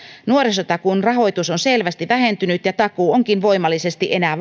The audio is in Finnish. nuorisotakuun rahoitus on selvästi vähentynyt ja takuu onkin voimassa enää